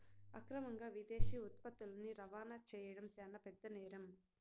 అక్రమంగా విదేశీ ఉత్పత్తులని రవాణా చేయడం శాన పెద్ద నేరం